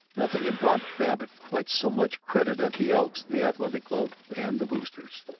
nothing had brought babbitt quite so much credit at the elks, the athletic club, and the boosters'.